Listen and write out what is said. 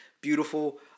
beautiful